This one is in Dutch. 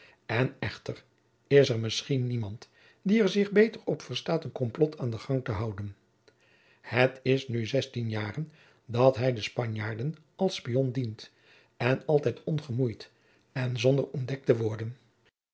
en echter is er misschien niemand die er zich beter op verstaat een complot aan den gang te houden het is nu zestien jaren dat hij de spanjaarden als spion dient en altijd ongemoeid en zonder ontdekt te worden